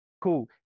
Cool